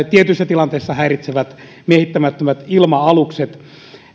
tietyissä tilanteissa häiritsevät miehittämättömät ilma alukset